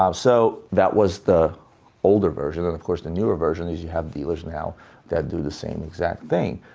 um so, that was the older version, and of course the newer version is you have dealers now that do the same exact thing.